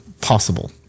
possible